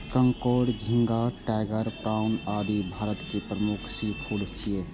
कांकोर, झींगा, tiger prawn, आदि भारतक प्रमुख सीफूड छियै